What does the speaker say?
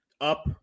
up